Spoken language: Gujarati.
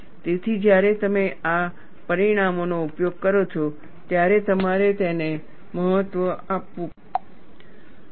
તેથી જ્યારે તમે આ પરિણામોનો ઉપયોગ કરો છો ત્યારે તમારે તેને મહત્વ આપવું પડશે